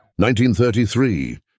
1933